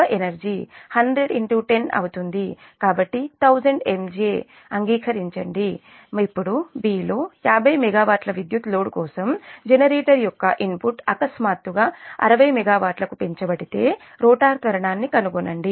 కాబట్టి 1000 MJ అంగీకరించండి ఇప్పుడు బి లో 50 మెగావాట్ల విద్యుత్ లోడ్ కోసం జనరేటర్ యొక్క ఇన్పుట్ అకస్మాత్తుగా 60 మెగావాట్లకు పెంచబడితే రోటర్ త్వరణాన్ని కనుగొనండి